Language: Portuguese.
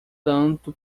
tanto